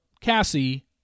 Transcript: Cassie